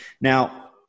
Now